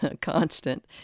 constant